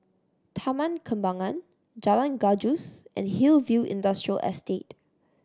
Taman Kembangan Jalan Gajus and Hillview Industrial Estate